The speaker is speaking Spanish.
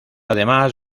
además